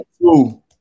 two